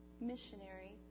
missionary